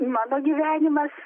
mano gyvenimas